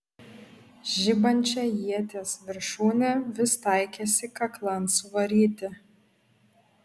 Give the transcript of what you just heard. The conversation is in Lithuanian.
žibančią ieties viršūnę vis taikėsi kaklan suvaryti